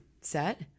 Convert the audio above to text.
set